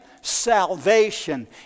Salvation